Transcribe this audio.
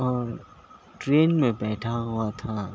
اور ٹرین میں بیٹھا ہوا تھا